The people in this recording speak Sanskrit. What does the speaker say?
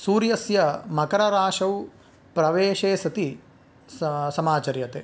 सूर्यस्य मकरराशौ प्रवेशे सति सः समाचर्यते